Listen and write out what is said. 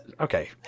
Okay